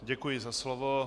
Děkuji za slovo.